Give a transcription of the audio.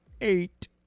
eight